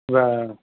இது